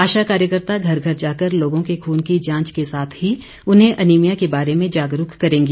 आशा कायकर्ता घर घर जाकर लोगों के खून की जांच के साथ ही उन्हें अनीमिया के बारे में जागरूक करेंगी